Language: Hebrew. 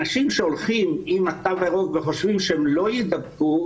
אנשים שהולכים עם התו הירוק וחושבים שהם לא יידבקו,